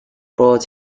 bought